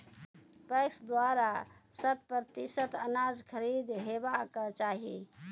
PACS द्वारा शत प्रतिसत अनाज खरीद हेवाक चाही?